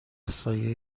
سایه